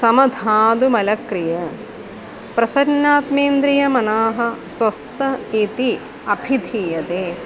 समधातुमलक्रिया प्रसन्नात्मेन्द्रियमनाः स्वस्थः इति अभिधीयते